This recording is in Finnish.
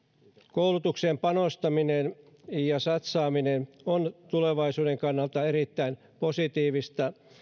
koulutukseen panostaminen ja satsaaminen on tulevaisuuden kannalta erittäin positiivista